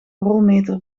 rolmeter